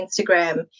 Instagram